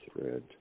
thread